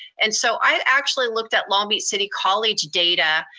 and so i actually looked at long beach city college data.